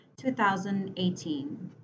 2018